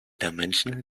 dimensional